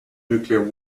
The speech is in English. nuclear